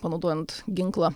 panaudojant ginklą